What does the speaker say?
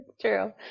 true